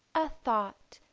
a thought